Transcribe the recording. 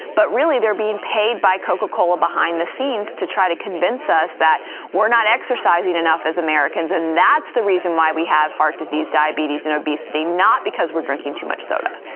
but really they're being paid by coca-cola behind the scenes to try to convince us that we're not exercising enough as americans and that's the reason why we have heart disease, diabetes and obesity, not because we're drinking too much soda.